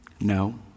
No